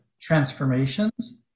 transformations